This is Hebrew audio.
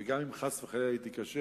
וגם אם חס וחלילה היא תיכשל,